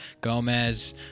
Gomez